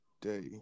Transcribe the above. day